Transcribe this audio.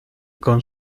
con